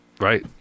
Right